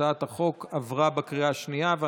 הצעת החוק עברה בקריאה השנייה.